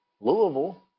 Louisville